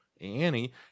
Annie